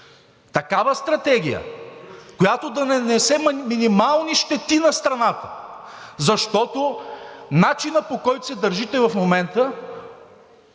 такава стратегия, която да нанесе минимални щети на страната, защото начинът, по който се държите в момента,